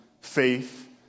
faith